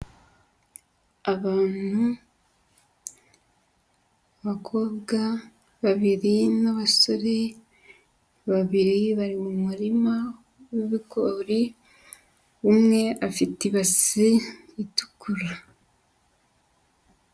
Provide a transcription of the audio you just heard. Abantu, abakobwa babiri n'abasore babiri, bari mu murima w'ibigori, umwe afite ibasi itukura.